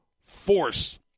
FORCE